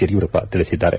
ಯಡಿಯೂರಪ್ಪ ತಿಳಿಸಿದ್ದಾರೆ